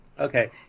Okay